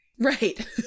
Right